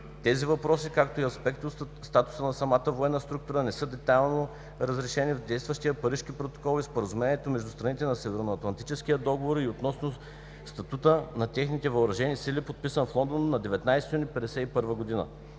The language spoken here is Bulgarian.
Тези въпроси, както и аспекти от статуса на самата военна структура, не са детайлно разрешени в действащия Парижки протокол и в Споразумението между страните по Северноатлантическия договор относно статута на техните въоръжени сили, подписан в Лондон на 19 юни